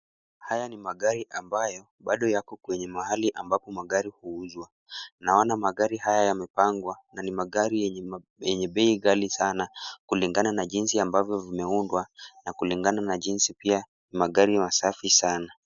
Haya ni magari ambayo bado yako kwenye mahali ambapo magari huuzwa. Naona magari haya yamepangwa na ni magari yenye bei ghali sana kulingana na jinsi ambavyo vimeundwa na kulingana na jinsi pia magari masafi sana.